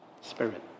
Spirit